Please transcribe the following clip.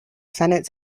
senate